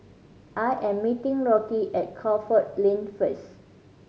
I am meeting Rocky at Crawford Lane first